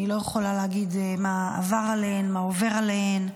אני לא יכולה להגיד מה עבר עליהן, מה עובר עליהן,